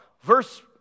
verse